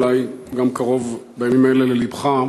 אולי גם קרוב בימים אלה ללבך,